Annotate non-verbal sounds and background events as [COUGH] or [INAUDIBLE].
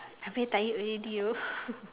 I very tired already oh [LAUGHS]